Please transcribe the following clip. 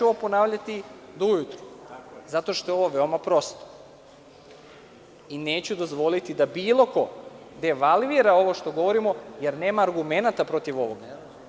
Ovo ću ponavljati do ujutru, zato što je ovo veoma prosto i neću dozvoliti da bilo ko devalvira ovo što govorimo, jer nema argumenata protiv ovoga.